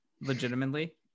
legitimately